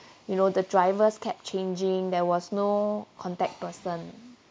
you know the drivers kept changing there was no contact person